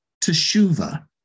teshuva